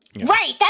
Right